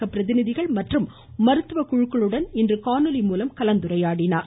மத்திய பிரதிநிதிகள் மற்றும் மருத்துவக்குழுக்களுடன் இன்று காணொலி மூலம் கலந்துரையாடினார்